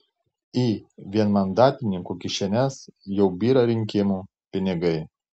į vienmandatininkų kišenes jau byra rinkimų pinigai